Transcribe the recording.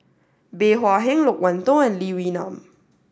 Bey Hua Heng Loke Wan Tho and Lee Wee Nam